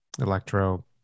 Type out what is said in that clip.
Electro